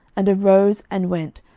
and arose, and went,